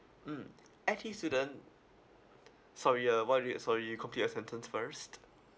mm I_T student sorry uh what do you sorry you complete your sentence first